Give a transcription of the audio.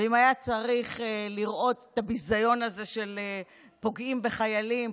ואם היה צריך לראות את הביזיון הזה שפוגעים בחיילים,